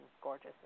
gorgeous